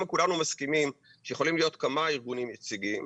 אם כולנו מסכימים שיכולים להיות כמה ארגונים יציגים,